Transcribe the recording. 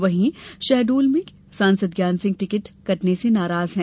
वहीं शहडोल में सांसद ज्ञान सिंह टिकट कटने से नाराज है